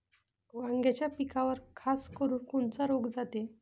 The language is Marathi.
वांग्याच्या पिकावर खासकरुन कोनचा रोग जाते?